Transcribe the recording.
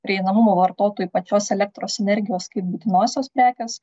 prieinamumo vartotojui pačios elektros energijos kaip būtinosios prekės